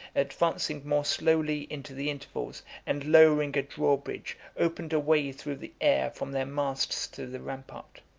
advancing more slowly into the intervals, and lowering a draw-bridge, opened a way through the air from their masts to the rampart.